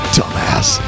Dumbass